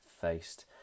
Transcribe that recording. faced